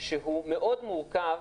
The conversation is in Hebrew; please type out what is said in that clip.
שהוא מאוד מורכב,